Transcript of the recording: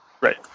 right